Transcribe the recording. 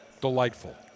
Delightful